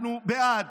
אנחנו בעד,